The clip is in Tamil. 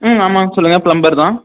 ம் ஆமாம் சொல்லுங்கள் ப்ளம்பர் தான்